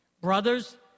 Brothers